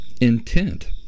intent